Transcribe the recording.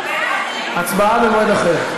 הצבעה במועד אחר.